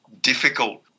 difficult